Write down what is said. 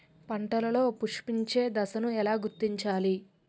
పంటలలో పుష్పించే దశను ఎలా గుర్తించాలి?